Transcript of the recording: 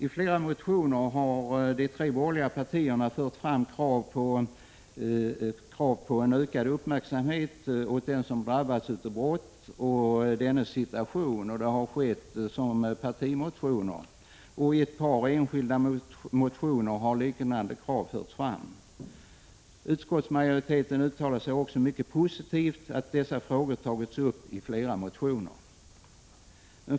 I flera partimotioner har de tre borgerliga partierna fört fram krav på en ökad uppmärksamhet åt den som drabbats av brott och dennes situation. I ett par enskilda motioner har liknande krav förts fram. Utskottsmajoriteten uttalar sig mycket positivt att dessa frågor tagits upp i flera motioner.